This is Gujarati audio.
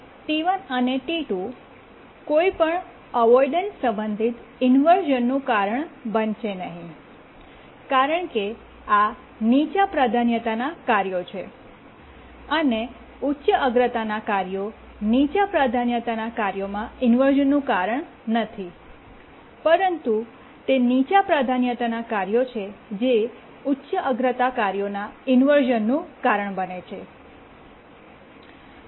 ટી1 અને ટી2 કોઈ પણ અવોઇડન્સ સંબંધિત ઇન્વર્શ઼નનું કારણ બનશે નહીં કારણ કે આ નીચા પ્રાધાન્યતાનાં કાર્યો છે અને ઉચ્ચ અગ્રતાનાં કાર્યો નીચા પ્રાધાન્યતાના કાર્યોમાં ઇન્વર્શ઼નનું કારણ નથી પરંતુ તે નીચી પ્રાધાન્યતાનાં કાર્યો છે જે ઉચ્ચ અગ્રતા કાર્યોનાં ઇન્વર્શ઼નનું કારણ બને છે